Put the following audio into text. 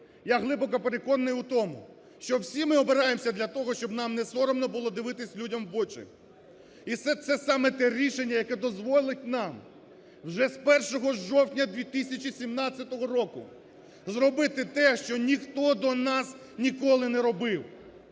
Я глибоко переконаний в тому, що всі ми обираємося для того, щоб нам несоромно було дивитись людям в очі. І все це саме те рішення, яке дозволить нам вже з 1 жовтня 2017 року зробити те, що ніхто до нас ніколи не робив,